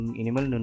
animal